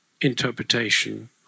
interpretation